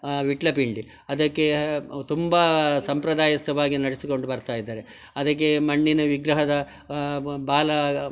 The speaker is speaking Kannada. ವಿಟ್ಲಪಿಂಡಿ ಅದಕ್ಕೆ ತುಂಬ ಸಂಪ್ರದಾಯಸ್ಥವಾಗಿ ನಡೆಸಿಕೊಂಡು ಬರ್ತಾಯಿದ್ದಾರೆ ಅದಕ್ಕೆ ಮಣ್ಣಿನ ವಿಗ್ರಹದ ಬಾಲ